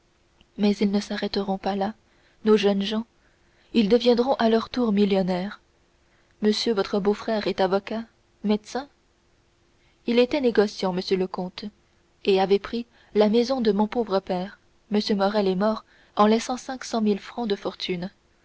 mais ils ne s'arrêteront pas là nos jeunes gens ils deviendront à leur tour millionnaires monsieur votre beau-frère est avocat médecin il était négociant monsieur le comte et avait pris la maison de mon pauvre père m morrel est mort en laissant cinq cent mille francs de fortune